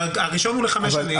הראשון הוא לחמש שנים.